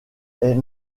est